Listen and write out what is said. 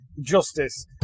justice